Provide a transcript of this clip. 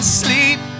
sleep